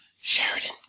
Sheridan